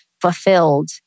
fulfilled